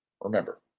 Remember